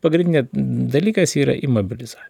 pagrindinis dalykas yra imobilizacija